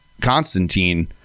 Constantine